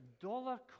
dollar